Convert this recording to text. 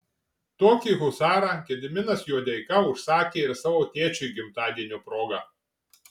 tokį husarą gediminas juodeika užsakė ir savo tėčiui gimtadienio proga